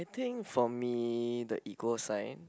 think for me the equal sign